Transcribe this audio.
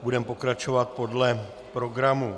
Budeme pokračovat podle programu.